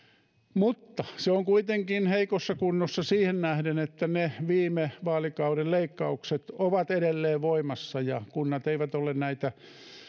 mutta se on kuitenkin heikossa kunnossa siihen nähden että ne viime vaalikauden leikkaukset ovat edelleen voimassa ja kunnat eivät ole näitä